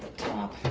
top.